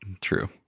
True